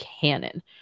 canon